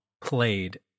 played